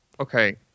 Okay